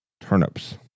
turnips